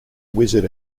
wizard